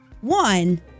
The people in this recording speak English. One